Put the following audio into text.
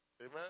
Amen